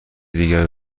دیگر